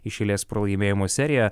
iš eilės pralaimėjimų seriją